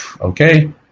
okay